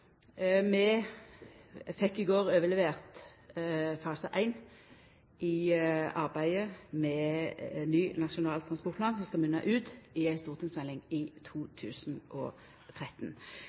Vi fekk i går overlevert fase 1 i arbeidet med ny Nasjonal transportplan, som skal munna ut i ei stortingsmelding i 2013.